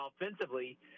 offensively